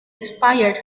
expired